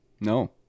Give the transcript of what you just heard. No